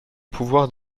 pouvoir